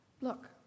Look